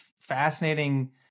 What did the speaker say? fascinating